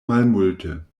malmulte